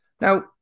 Now